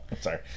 Sorry